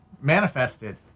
manifested